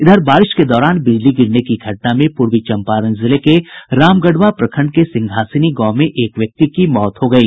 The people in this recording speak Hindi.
इधर बारिश के दौरान बिजली गिरने की घटना में पूर्वी चंपारण जिले के रामगढ़वा प्रखण्ड के सिंहासिनी गांव में एक व्यक्ति की मौत हो गयी